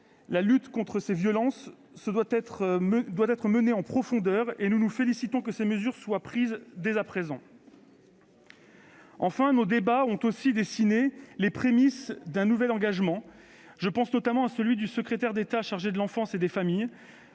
La lutte contre ces violences se doit d'être menée en profondeur et nous nous félicitons que ces mesures soient prises dès à présent. Enfin, nos débats ont aussi dessiné les prémices d'un nouvel engagement. Je pense à celui qu'a pris M. le secrétaire d'État chargé de l'enfance et des familles,